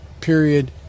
Period